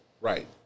Right